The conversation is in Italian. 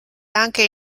anche